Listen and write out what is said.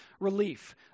relief